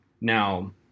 Now